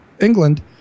England